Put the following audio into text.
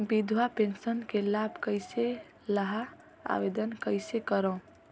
विधवा पेंशन के लाभ कइसे लहां? आवेदन कइसे करव?